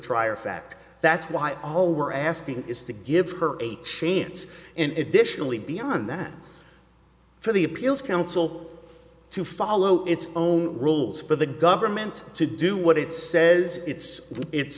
trier of fact that's why all we're asking is to give her a chance in additionally beyond that for the appeals council to follow its own rules for the government to do what it says it's it's